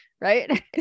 right